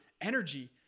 energy